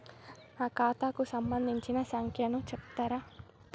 నా ఖాతా కు సంబంధించిన సంఖ్య ను చెప్తరా?